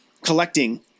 collecting